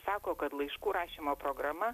sako kad laiškų rašymo programa